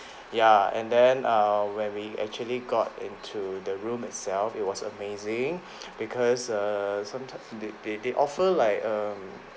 ya and then err when we actually got into the room itself it was amazing because err sometimes they they they offer like um